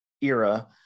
era